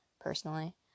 personally